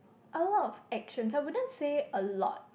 a lot of actions I wouldn't say a lot